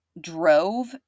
drove